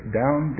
down